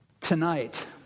tonight